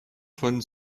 von